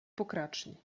pokraczni